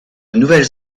nouvelles